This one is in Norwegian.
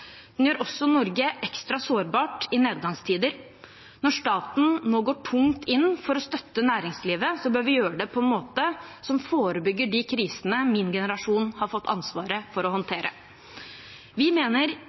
Den gjør også Norge ekstra sårbar i nedgangstider. Når staten nå går tungt inn for å støtte næringslivet, bør vi gjøre det på en måte som forebygger de krisene min generasjon har fått ansvaret for å håndtere. Vi mener